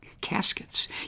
caskets